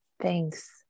Thanks